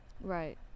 Right